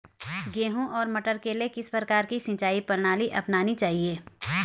गेहूँ और मटर के लिए किस प्रकार की सिंचाई प्रणाली अपनानी चाहिये?